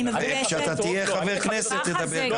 כאשר אתה תהיה חבר כנסת תדבר כך.